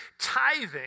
Tithing